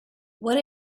what